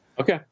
Okay